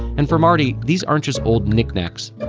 and for mardi, these aren't just old knickknacks.